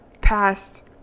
past